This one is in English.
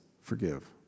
forgive